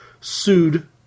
sued